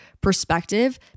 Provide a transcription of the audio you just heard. perspective